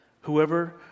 whoever